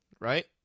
right